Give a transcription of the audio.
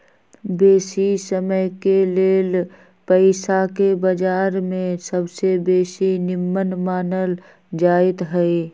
बेशी समयके लेल पइसाके बजार में सबसे बेशी निम्मन मानल जाइत हइ